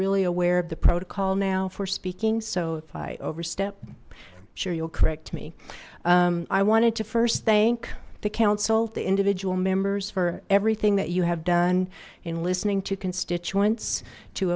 really aware of the protocol now for speaking so if i overstep i'm sure you'll correct me i wanted to first thank the council the individual members for everything that you have done in listening to constituents to